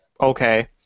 Okay